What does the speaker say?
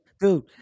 dude